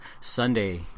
Sunday